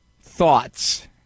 thoughts